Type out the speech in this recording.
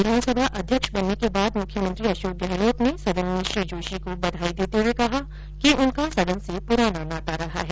विधानसभा अध्यक्ष बनने के बाद मुख्यमंत्री अशोक गहलोत ने सदन में श्री जोशी को बधाई देते हुए कहा कि उनका सदन से पूराना नाता रहा है